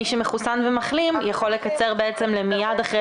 מי שמחוסן ומחלים יכול לקצר בעצם למייד אחרי